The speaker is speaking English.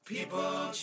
People